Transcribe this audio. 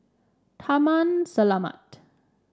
Taman Selamat